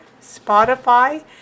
Spotify